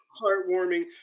Heartwarming